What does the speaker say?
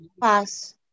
pass